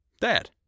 Dad